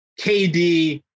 KD